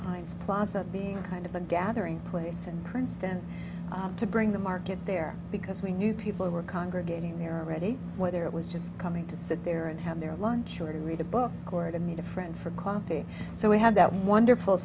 pines plaza being kind of a gathering place and princeton to bring the market there because we knew people were congregating here already whether it was just coming to sit there and have their lunch or to read a book or to meet a friend for coffee so we had that wonderful